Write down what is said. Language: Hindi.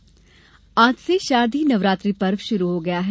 नवरात्रि आज से शारदीय नवरात्रि पर्व शुरू हो गया है